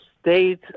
state